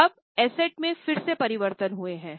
अब एसेट में फिर से परिवर्तन हुए हैं